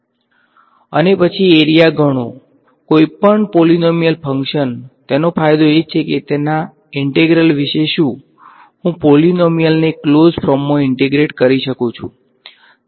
અને પછી એરીયા ગણો કોઈપણ પોલીનોમીયલ ફંક્શન તેનો ફાયદો એ છે કે તેના ઈંટેગ્રલ વિશે શું હું પોલીનોમીયલને ક્લોઝ ફોર્મમાં ઈંટેગ્રેટ કરી શકું છું